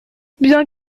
bien